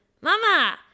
mama